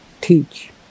teach